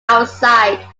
outside